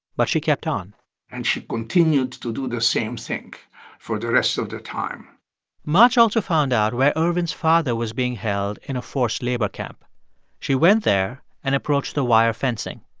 but she kept on and she continued to do the same thing for the rest of the time macs also found out where ervin's father was being held in a forced labor camp she went there and approached the wire fencing.